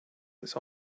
ist